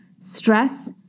stress